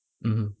mmhmm